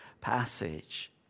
passage